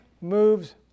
moves